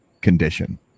condition